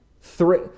three